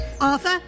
Arthur